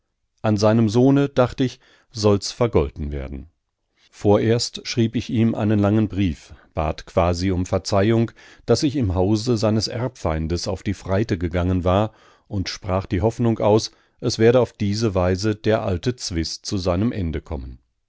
an seinem sohne dacht ich soll's vergolten werden vorerst schrieb ich ihm einen langen brief bat quasi um verzeihung daß ich im hause seines erbfeindes auf die freite gegangen war und sprach die hoffnung aus es werde auf diese weise der alte zwist zu seinem ende kommen